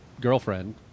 girlfriend